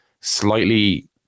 slightly